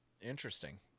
interesting